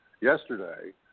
yesterday